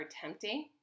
tempting